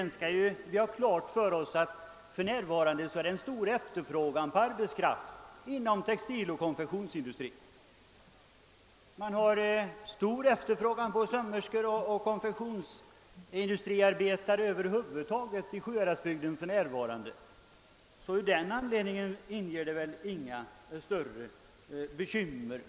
Vi skall vidare ha klart för oss att det för närvarande är stor efterfrågan på arbetskraft inom textiloch konfektionsindustrin. Det är exempelvis för närvarande brist på sömmerskor och konfektionsindustriarbetare i Sjuhäradsbygden. Av den anledningen finns det alltså ingen anledning att hysa större bekymmer.